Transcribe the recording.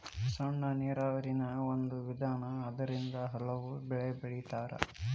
ಸಣ್ಣ ನೇರಾವರಿನು ಒಂದ ವಿಧಾನಾ ಅದರಿಂದ ಹಲವು ಬೆಳಿ ಬೆಳಿತಾರ